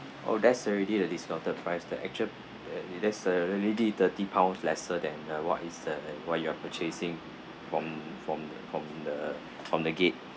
oh there's already the discounted price the actual uh that's the already thirty pounds lesser than uh what is uh what you are purchasing from from from the from the gate